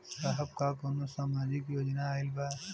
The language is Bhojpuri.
साहब का कौनो सामाजिक योजना आईल बा?